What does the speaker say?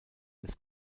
des